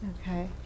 Okay